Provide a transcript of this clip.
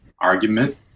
argument